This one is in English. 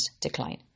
decline